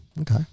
okay